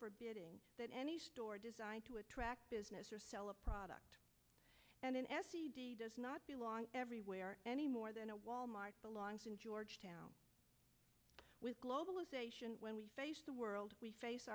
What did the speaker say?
forbidding than any store designed to attract business or sell a product and an essay does not belong everywhere any more than a wal mart belongs in georgetown with globalization when we face the world we face